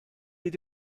ydy